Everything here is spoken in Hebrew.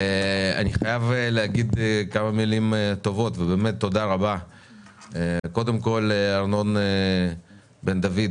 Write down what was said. אני רוצה להגיד כמה מילים טובות ותודה רבה לארנון בן-דוד,